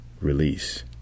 Release